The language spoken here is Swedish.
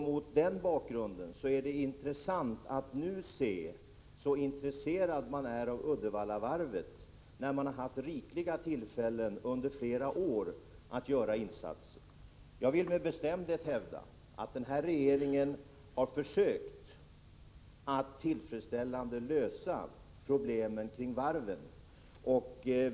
Mot den bakgrunden är det intressant att Om åtgärder för att se hur engagerade de nu är då det gäller Uddevallavarvet som under flera år Möolverkakviserad har haft rikliga tillfällen att göra insatser. nedläggning av Etri Jag vill med bestämdhet hävda att denna regering har försökt att Fönster AB i Uddetillfredsställande lösa problemen kring varven.